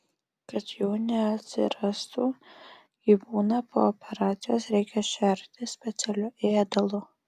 kad jų neatsirastų gyvūną po operacijos reikia šerti specialiu ėdalu